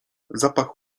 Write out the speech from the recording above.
zapach